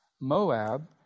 Moab